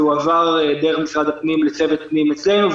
זה הועבר דרך משרד הפנים לצוות פנים אצלנו.